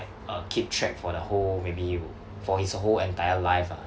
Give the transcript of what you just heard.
uh keep track for the whole maybe for his whole entire life ah